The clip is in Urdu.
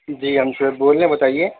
جی ہم شعیب بول رہے ہیں بتائیے